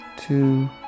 two